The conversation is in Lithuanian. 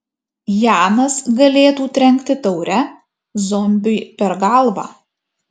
janas galėtų trenkti taure zombiui per galvą